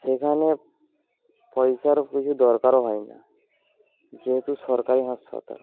সেখানে পয়সার বেশি দরকারও হয় না যেহেতু সরকারি হাসপাতাল